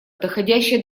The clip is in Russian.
доходящее